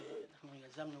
יזמנו